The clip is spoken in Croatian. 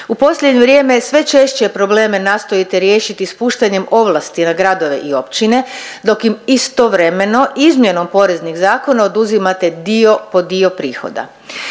U posljednje vrijeme sve češće probleme nastojite riješiti spuštanjem ovlasti na gradove i općine dok im istovremeno izmjenom poreznih zakona oduzimate dio po dio prihoda.